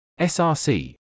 src